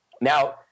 now